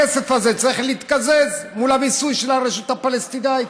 הכסף הזה צריך להתקזז מול המיסוי של הרשות הפלסטינית.